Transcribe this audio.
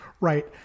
Right